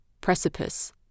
precipice